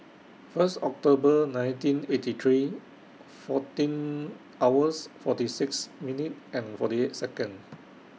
First October nineteen eighty three fourteen hours forty six minute and forty eight Second